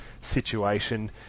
situation